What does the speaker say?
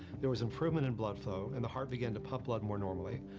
there was improvement in blood flow and the heart began to pump blood more normally.